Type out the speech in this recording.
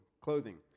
clothing